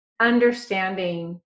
understanding